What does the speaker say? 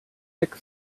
thick